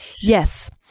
Yes